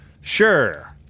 Sure